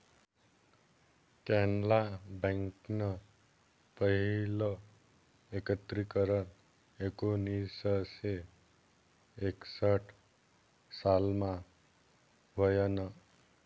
कॅनरा बँकनं पहिलं एकत्रीकरन एकोणीसशे एकसठ सालमा व्हयनं